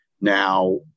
Now